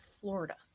Florida